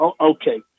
Okay